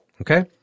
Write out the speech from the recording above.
Okay